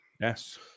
Yes